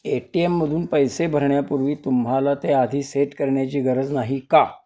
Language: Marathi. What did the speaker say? ए टी एममधून पैसे भरण्यापूर्वी तुम्हाला ते आधी सेट करण्याची गरज नाही का